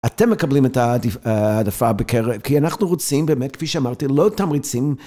אתם מקבלים את ההעדפה בקרב, כי אנחנו רוצים באמת, כפי שאמרתי, לא תמריצים.